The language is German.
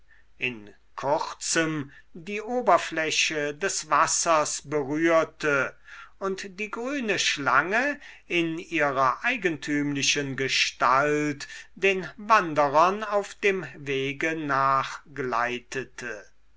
in kurzem die oberfläche des wassers berührte und die grüne schlange in ihrer eigentümlichen gestalt den wanderern auf dem wege